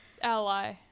ally